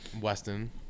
Weston